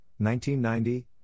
1990